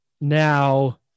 now